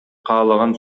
каалаган